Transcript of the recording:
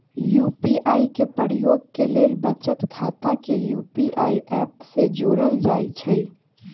UPI के प्रयोग के लेल बचत खता के यू.पी.आई ऐप से जोड़ल जाइ छइ